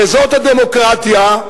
וזאת הדמוקרטיה,